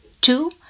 two